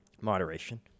Moderation